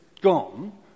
gone